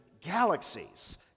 galaxies